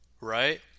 right